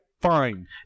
fine